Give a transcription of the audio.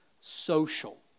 social